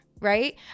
right